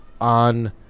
on